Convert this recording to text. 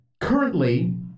Currently